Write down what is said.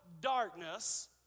darkness